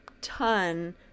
ton